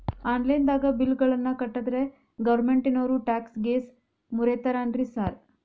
Online ದಾಗ bill ಗಳನ್ನಾ ಕಟ್ಟದ್ರೆ ಗೋರ್ಮೆಂಟಿನೋರ್ ಟ್ಯಾಕ್ಸ್ ಗೇಸ್ ಮುರೇತಾರೆನ್ರಿ ಸಾರ್?